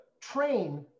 train